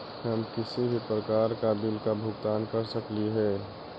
हम किसी भी प्रकार का बिल का भुगतान कर सकली हे?